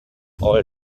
all